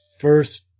First